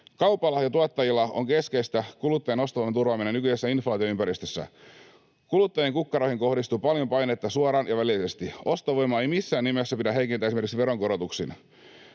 Kaupalla ja tuottajilla on keskeistä kuluttajan ostovoiman turvaaminen nykyisessä inflaatioympäristössä. Kuluttajien kukkaroihin kohdistuu paljon painetta suoraan ja välillisesti. Ostovoimaa ei missään nimessä pidä heikentää esimerkiksi veronkorotuksin.